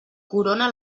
corona